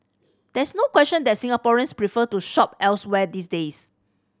there is no question that Singaporeans prefer to shop elsewhere these days